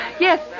Yes